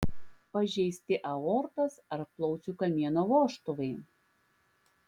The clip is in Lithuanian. pažeisti aortos ar plaučių kamieno vožtuvai